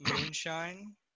moonshine